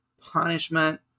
punishment